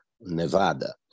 Nevada